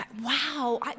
Wow